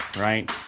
right